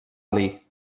ali